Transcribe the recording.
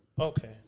Okay